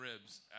ribs